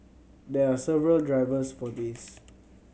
there are several drivers for this